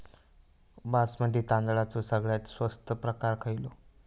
बासमती तांदळाचो सगळ्यात स्वस्त प्रकार खयलो?